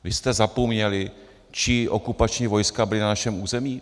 Vy jste zapomněli, čí okupační vojska byla na našem území?